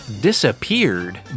disappeared